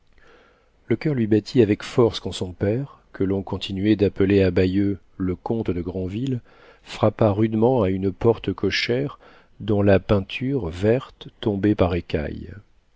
le coeur lui battit avec force quand son père que l'on continuait d'appeler à bayeux le comte de granville frappa rudement à une porte cochère dont la peinture verte tombait par